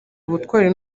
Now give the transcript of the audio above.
ubutwari